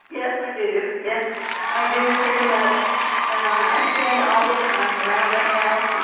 yes, i do, yeah i do very much and i sing all the time around the house,